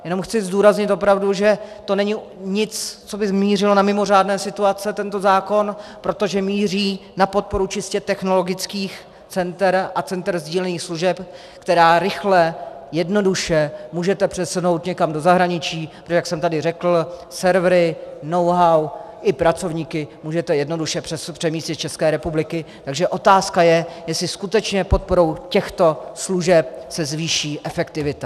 Jenom chci zdůraznit opravdu, že to není nic, co by mířilo na mimořádné situace, tento zákon, protože míří na podporu čistě technologických center a center sdílených služeb, která rychle, jednoduše, můžete přesunout někam do zahraničí, protože jak jsem tady řekl, servery, knowhow i pracovníky můžete jednoduše přemístit z ČR, takže otázka je, jestli skutečně podporou těchto služeb se zvýší efektivita.